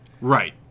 Right